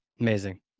Amazing